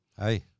Hey